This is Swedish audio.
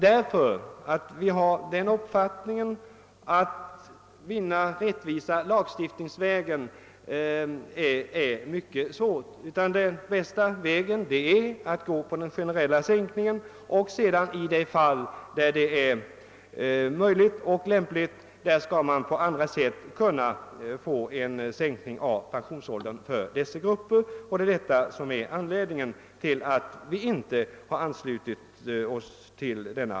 Vi har nämligen den uppfattningen att det på detta område är mycket svårt att uppnå rättvisa och riktiga avgränsningar på lagstiftningsvägen och att det bästa är att genomföra en generell sänkning för att sedan i de fall, där detta är möjligt och lämpligt, på andra sätt försöka åstadkomma en sänkning av pensionsåldern för dessa grupper. Detta är anledningen till att vi inte har anslutit oss till.